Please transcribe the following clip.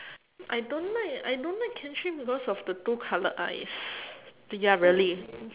I don't like I don't like kenshin because of the two coloured eyes ya really